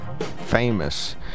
Famous